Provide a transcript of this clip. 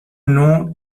nom